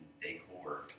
decor